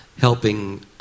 helping